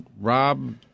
Rob